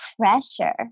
pressure